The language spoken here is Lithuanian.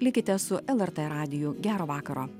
likite su lrt radiju gero vakaro